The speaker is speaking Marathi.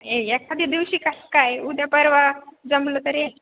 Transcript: ए एखाद्या दिवशी कसं काय उद्या परवा जमलं तर ये